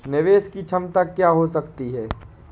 निवेश की क्षमता क्या हो सकती है?